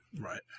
right